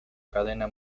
cadena